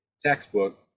textbook